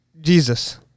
jesus